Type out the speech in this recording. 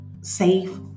safe